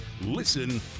Listen